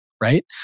right